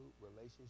relationship